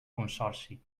consorci